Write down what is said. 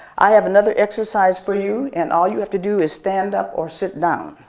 i have another exercise for you, and all you have to do is stand up or sit down.